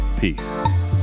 Peace